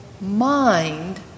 mind